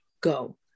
go